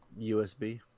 USB